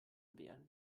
wäre